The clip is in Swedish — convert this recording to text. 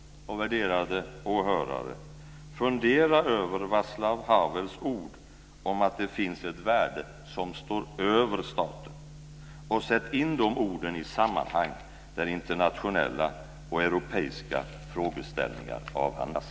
Värderade åhörare! Fundera över Vaclav Havels ord om att det finns ett värde som står över staten, och sätt in de orden i sammanhang där internationella och europeiska frågeställningar avhandlas.